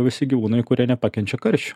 visi gyvūnai kurie nepakenčia karščio